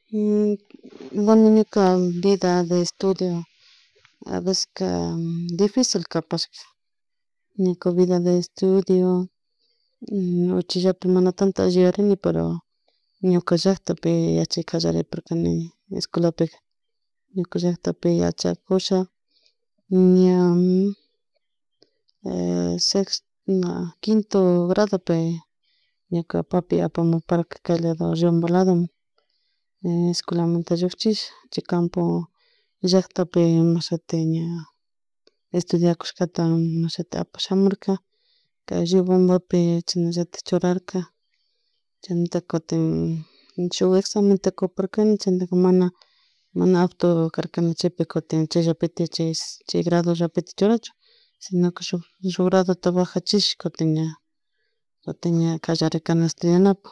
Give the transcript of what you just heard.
bueno ñuka vida de estudio a veceska dificil kapashka ñuka vida de estudio uchlapi mana tanto yuyarini pero ñuka llaktapi yachay callariparkani escuelapik ñuka llaktapi yachacusha ña quito gradopi ñuka papi apamuparka kay lado esculamunta llukchik chay campo llaktapi kutin ña estudiakushkata mashiti apashamurka kay riobambapi chasnalaltik churarca chaymunta kutin shuk examen kuparkani chaymuntaka mana mana apto carka cukin chayllatik chay grado llapitik churanchun shuk grado bajachik kutin ña callarirkani estudianapuk